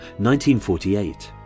1948